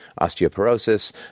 Osteoporosis